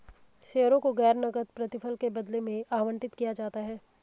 शेयरों को गैर नकद प्रतिफल के बदले में आवंटित किया जाता है